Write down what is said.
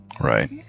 Right